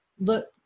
look